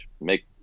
make